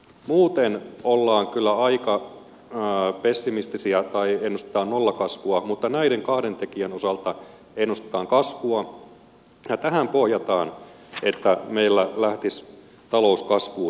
muuten ollaan kyllä aika pessimistisiä tai ennustetaan nollakasvua mutta näiden kahden tekijän osalta ennustetaan kasvua ja tähän pohjataan että meillä lähtisi talous kasvuun